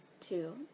two